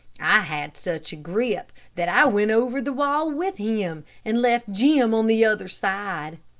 i had such a grip, that i went over the wall with him, and left jim on the other side.